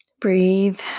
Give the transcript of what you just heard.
Breathe